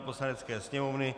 Poslanecké sněmovny